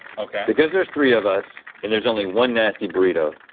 okay. because there's three of us and there's only one nasty burrito,